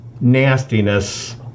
nastiness